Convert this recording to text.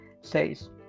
says